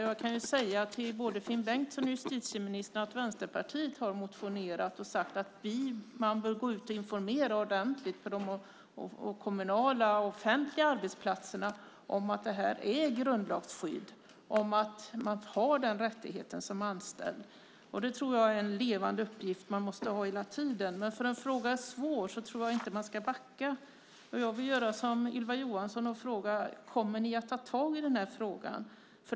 Jag kan säga till både Finn Bengtsson och justitieministern att Vänsterpartiet har motionerat och sagt att man bör gå ut och informera ordentligt på de kommunala offentliga arbetsplatserna om att detta är grundlagsskyddat och att man har denna rättighet som anställd. Det är en levande uppgift som man måste ha hela tiden. Men bara för att frågan är svår tror jag inte att man ska backa. Jag vill göra som Ylva Johansson och fråga: Kommer ni att ta tag i den här frågan?